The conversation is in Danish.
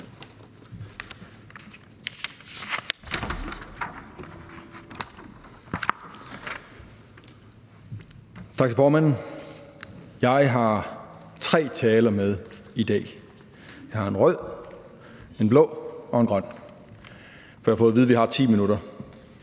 Tak til formanden. Jeg har tre taler med i dag. Jeg har en rød, en blå og en grøn, for jeg har fået at vide, at jeg har 10 minutter.